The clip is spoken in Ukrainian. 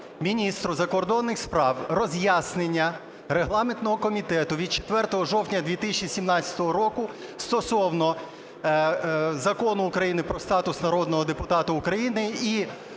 міністру закордонних справ роз'яснення регламентного комітету від 4 жовтня 2017 року стосовно Закону України "Про статус народного депутата України" і